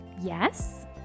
Yes